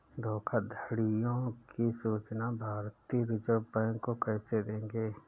धोखाधड़ियों की सूचना भारतीय रिजर्व बैंक को कैसे देंगे?